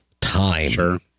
time